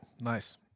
Nice